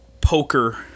poker